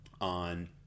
on